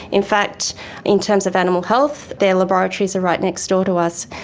in fact in terms of animal health, their laboratories are right next door to us.